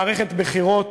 מערכת בחירות